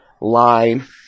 line